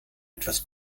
etwas